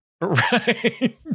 Right